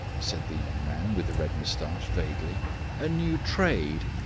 said the young man with the red moustache vaguely a new trade!